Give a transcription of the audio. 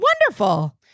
Wonderful